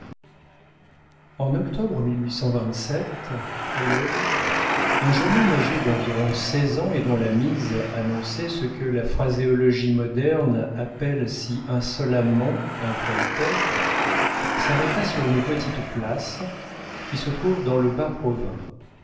en octobre à l'aube un jeune homme âgé d'environ seize ans et dont la mise annonçait ce que la phraséologie moderne appelle si insolemment un prolétaire s'arrêta sur une petite place qui se trouve dans le bas